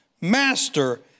Master